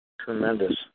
Tremendous